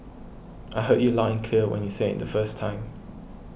I heard you loud and clear when you said it in the first time